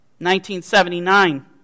1979